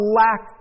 lack